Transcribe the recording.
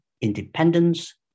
independence